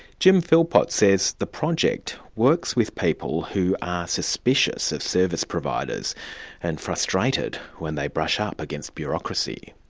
jim philpot says the project works with people who are suspicious of service providers and frustrated when they brush ah up against bureaucracy.